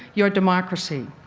your democracy.